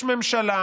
יש ממשלה